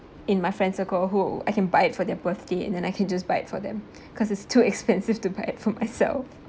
in my friend circle who I can buy it for their birthday and then I can just buy for them because it's too expensive to buy it for myself